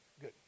Good